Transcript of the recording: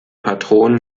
patron